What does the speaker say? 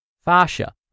fascia